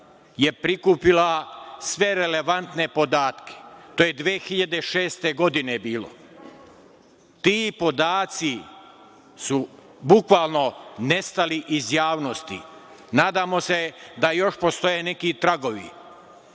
je prikupila sve relevantne podatke. To je 2006. godine bilo. Ti podaci su bukvalno nestali iz javnosti, nadam se da još postoje neki tragovi.